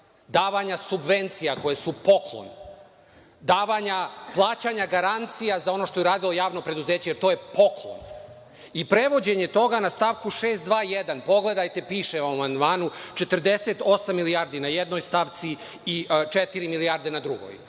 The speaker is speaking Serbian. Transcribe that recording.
davanja subvencija koje su poklon, plaćanja garancija za ono što je uradilo javno preduzeće jer to je poklon i prevođenje toga na stavku 6.2.1, pogledajte piše u amandmanu, 48 milijardi na jednoj stavci i četiri milijarde na drugoj.